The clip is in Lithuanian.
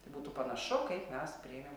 tai būtų panašu kaip mes priėmėm